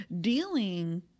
Dealing